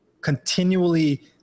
continually